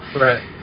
Right